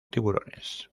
tiburones